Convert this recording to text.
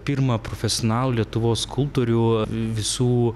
pirmą profesionalų lietuvos skulptorių visų